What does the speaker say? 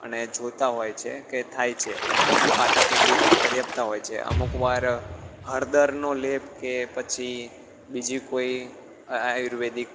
અને જોતાં હોય છે કે થાય છે ને પાટાપિંડી પણ કરી આપતા હોય છે અમુક વાર હળદરનો લેપ કે પછી બીજી કોઈ આયુર્વેદિક